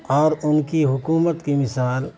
اور ان کی حکومت کی مثال